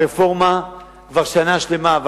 הרפורמה כבר שנה שלמה,